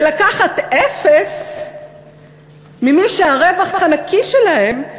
ולקחת אפס ממי שהרווח הנקי שלהם,